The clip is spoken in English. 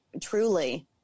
truly